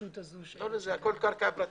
ההתנגשות הזאת.[ הכול שם קרקע פרטית.